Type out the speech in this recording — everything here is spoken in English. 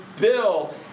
Bill